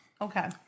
Okay